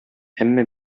әмма